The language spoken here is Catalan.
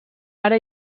ara